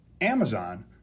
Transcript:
Amazon